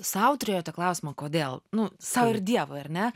sau turėjote klausimą kodėl nu sau ir dievui ar ne